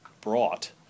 brought